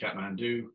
Kathmandu